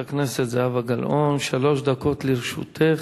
חברת הכנסת זהבה גלאון, שלוש דקות לרשותך.